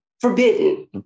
Forbidden